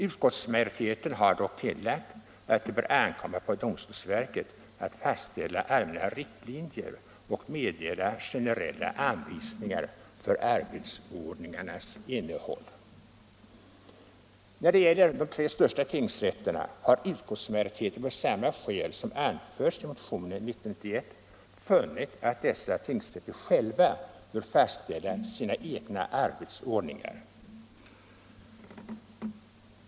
Utskottsmajoriteten har dock tillagt att det bör ankomma på domstolsverket att fastställa allmänna riktlinjer och meddela generella anvisningar för arbetsordningarnas innehåll. När det gäller de tre största tingsrätterna har utskottsmajoriteten av samma skäl som anförts i motionen 1991 funnit att dessa tingsrätter själva bör fastställa sina arbetsordningar.